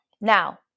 now